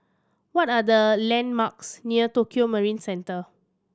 what are the landmarks near Tokio Marine Centre